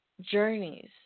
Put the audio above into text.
journeys